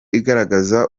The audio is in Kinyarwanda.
igaragaza